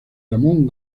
ramón